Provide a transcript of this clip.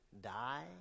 die